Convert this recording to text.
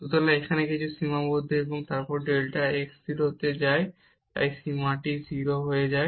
সুতরাং এখানে কিছু সীমাবদ্ধ এবং তারপর ডেল্টা x 0 তে যায় তাই এই সীমাটি 0 হবে